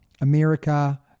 America